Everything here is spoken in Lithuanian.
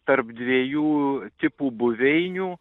tarp dviejų tipų buveinių